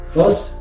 First